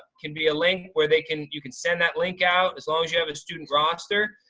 can be a link where they can, you can send that link out as long as you have a student roster,